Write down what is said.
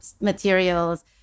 materials